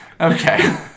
Okay